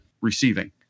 receiving